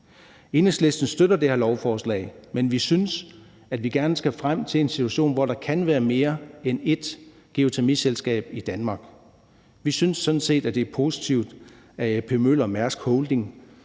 Enhedslisten støtter det her lovforslag, men vi synes, at vi skal frem til en situation, hvor der kan være mere end ét geotermiselskab i Danmark. Vi synes sådan set, at det er positivt, at A.P. Møller Holding